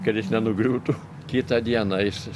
kad jis nenugriūtų kitą dieną jis